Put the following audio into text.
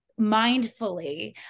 mindfully